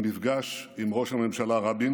למפגש עם ראש הממשלה רבין